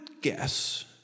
guess